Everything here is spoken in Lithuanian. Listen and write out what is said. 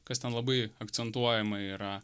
kas ten labai akcentuojama yra